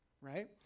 right